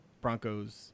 Bronco's